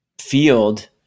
field